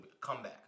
comeback